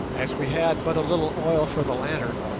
as we had but a little oil for the lantern,